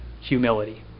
humility